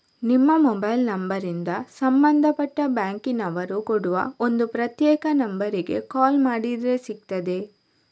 ನಿಮ್ಮ ಮೊಬೈಲ್ ನಂಬರಿಂದ ಸಂಬಂಧಪಟ್ಟ ಬ್ಯಾಂಕಿನ ಅವರು ಕೊಡುವ ಒಂದು ಪ್ರತ್ಯೇಕ ನಂಬರಿಗೆ ಕಾಲ್ ಮಾಡಿದ್ರೆ ಸಿಗ್ತದೆ